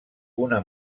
una